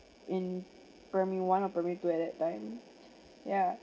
in primary one or primary two at that time yeah